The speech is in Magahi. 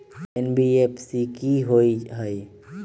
एन.बी.एफ.सी कि होअ हई?